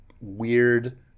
weird